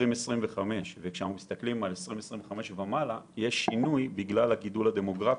2025 ומעלה יש שינוי בגלל הגידול הדמוגרפי.